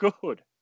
good